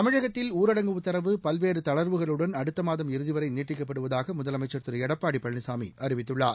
தமிழகத்தில் ஊரடங்கு உத்தரவு பல்வேறு தளர்வுகளுடன் அடுத்த மாதம் இறுதி வரை நீட்டிக்கப்படுவதாக முதலமைச்ச் திரு எடப்பாடி பழனிசாமி அறிவித்துள்ளார்